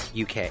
UK